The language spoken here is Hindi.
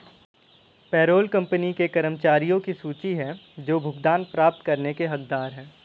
पेरोल कंपनी के कर्मचारियों की सूची है जो भुगतान प्राप्त करने के हकदार हैं